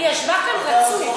היא ישבה כאן רצוף.